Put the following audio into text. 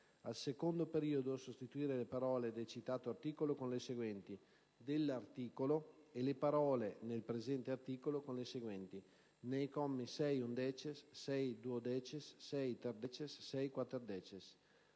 al secondo periodo sostituire le parole: «del citato articolo», con le seguenti: «dell'articolo» e le parole: «nel presente articolo», con le seguenti: «nei commi 6-*undecies*, 6-*duodecies*, 6-*terdecies* e 6-*quaterdecies*»;